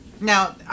Now